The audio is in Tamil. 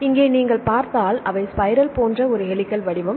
எனவே இங்கே நீங்கள் பார்த்தால் அவை ஸ்பைரல் போன்ற ஒரு ஹெலிகல் வடிவம்